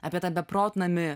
apie tą beprotnamį